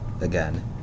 Again